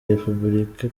repubulika